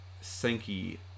Sankey